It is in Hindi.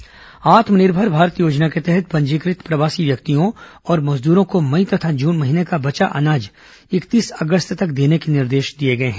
प्रवासी श्रमिक खाद्यान्न आत्मनिर्भर भारत योजना के तहत पंजीकृत प्रवासी व्यक्तियों और मजदूरों को मई तथा जून महीने का बचा अनाज इकतीस अगस्त तक देने के निर्देश दिए गए हैं